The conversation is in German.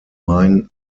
main